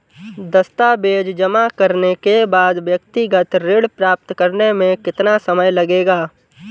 दस्तावेज़ जमा करने के बाद व्यक्तिगत ऋण प्राप्त करने में कितना समय लगेगा?